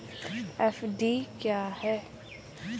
FD क्या है?